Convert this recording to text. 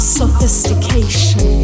sophistication